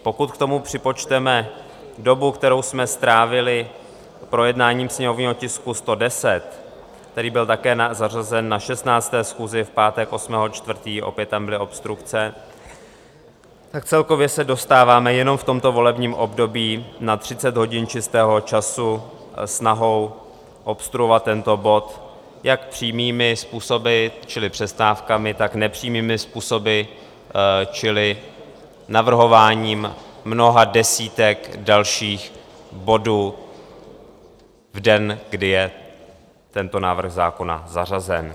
Pokud k tomu připočteme dobu, kterou jsme strávili projednáním sněmovního tisku 110, který byl také zařazen na 16. schůzi v pátek 8. 4., opět tam byly obstrukce, tak celkově se dostáváme jenom v tomto volebním období na 30 hodin čistého času snahou obstruovat tento bod jak přímými způsoby, čili přestávkami, tak nepřímými způsoby, čili navrhováním mnoha desítek dalších bodů v den, kdy je tento návrh zákona zařazen.